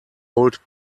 old